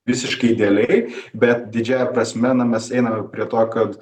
visiškai idealiai bet didžiąja prasme ne mes eina prie to kad